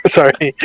Sorry